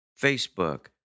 Facebook